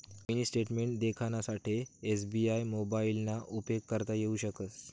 mini statement देखानासाठे SBI मोबाइलना उपेग करता येऊ शकस